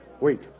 Wait